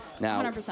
Now